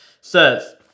says